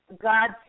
God